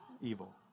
evil